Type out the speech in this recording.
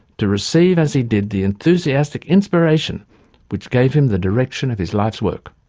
to receive as he did the enthusiastic inspiration which gave him the direction of his life's work.